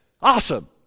Awesome